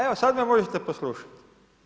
Evo, sad me možete poslušati.